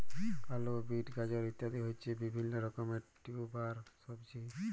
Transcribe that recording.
আলু, বিট, গাজর ইত্যাদি হচ্ছে বিভিল্য রকমের টিউবার সবজি